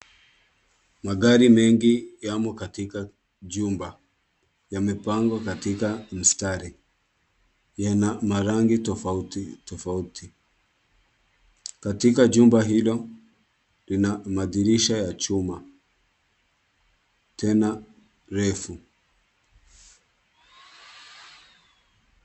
Magari mengi yamo katika jumba, yamepangwa katika msitari, yana marangi tofauti tofauti. Katika jumba hilo lina madirisha ya chuma tena refu.